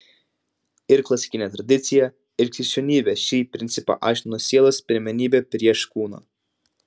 ir klasikinė tradicija ir krikščionybė šį principą aiškino sielos pirmenybe prieš kūną